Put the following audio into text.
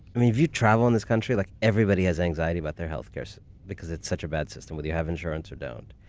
i mean if you travel in this country, like everybody has anxiety about their healthcare so because it's such a bad system whether you have insurance or don't.